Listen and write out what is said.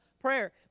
prayer